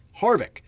Harvick